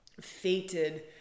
fated